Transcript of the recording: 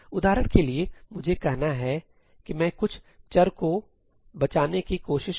उदाहरण के लिए मुझे कहना है कि मैं कुछ चर को बचाने की कोशिश कर रहा था